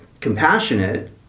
compassionate